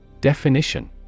Definition